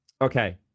okay